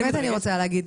באמת אני רוצה להגיד,